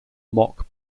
mock